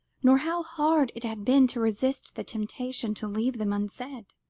nor how hard it had been to resist the temptation to leave them unsaid.